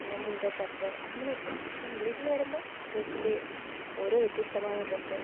അങ്ങനെ മുണ്ട് ഷർട്ട് അങ്ങനെയൊക്കെയാണ് പക്ഷേ ഇംഗ്ലീഷിൽ വരുമ്പോൾ ഡ്രസ്സിൻ്റെ ഓരോ വ്യത്യസ്തമായ ഡ്രസ്സ്